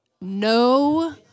no